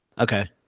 okay